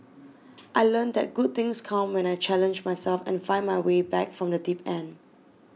I learnt that good things come when I challenge myself and find my way back from the deep end